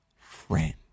friend